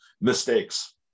mistakes